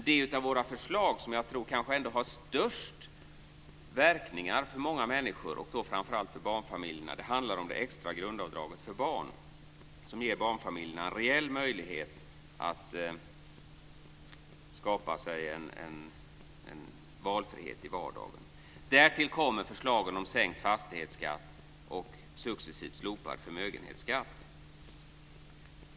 Det av våra förslag som jag ändå tror kommer att ha störst verkningar för många människor och framför allt för barnfamiljer gäller det extra grundavdraget för barn. Det ger barnfamiljerna en reell möjlighet att skapa sig en valfrihet i vardagen. Därtill kommer förslagen om sänkt fastighetsskatt och successivt slopad förmögenhetsskatt.